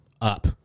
up